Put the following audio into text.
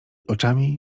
oczami